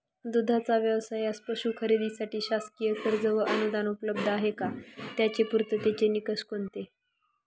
दूधाचा व्यवसायास पशू खरेदीसाठी शासकीय कर्ज व अनुदान उपलब्ध आहे का? त्याचे पूर्ततेचे निकष कोणते?